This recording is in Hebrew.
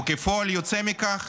וכפועל יוצא מכך,